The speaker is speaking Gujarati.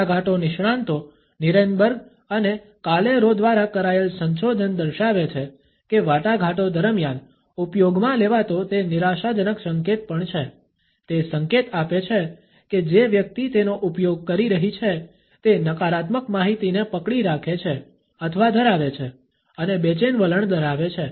વાટાઘાટો નિષ્ણાંતો નીરેનબર્ગ અને કાલેરો દ્વારા કરાયેલ સંશોધન દર્શાવે છે કે વાટાઘાટો દરમિયાન ઉપયોગમાં લેવાતો તે નિરાશાજનક સંકેત પણ છે તે સંકેત આપે છે કે જે વ્યક્તિ તેનો ઉપયોગ કરી રહી છે તે નકારાત્મક માહિતીને પકડી રાખે છે અથવા ધરાવે છે અને બેચેન વલણ ધરાવે છે